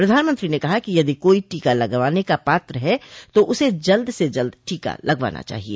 प्रधानमंत्री ने कहा कि यदि कोई टीका लगवाने का पात्र है तो उसे जल्द से जल्द टीका लगवाना चाहिए